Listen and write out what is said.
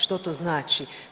Što to znači?